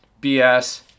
BS